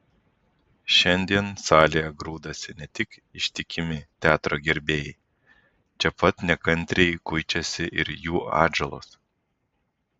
šiandien salėje grūdasi ne tik ištikimi teatro gerbėjai čia pat nekantriai kuičiasi ir jų atžalos